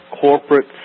corporate